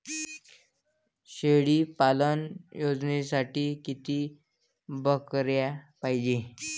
शेळी पालन योजनेसाठी किती बकऱ्या पायजे?